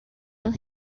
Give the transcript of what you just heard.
and